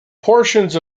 portions